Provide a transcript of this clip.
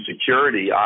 security